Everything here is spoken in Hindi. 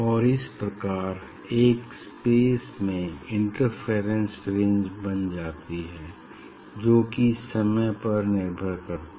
और इस प्रकार एक स्पेस में इंटरफेरेंस फ्रिंज बन जाती है जो कि समय पर निर्भर नहीं करती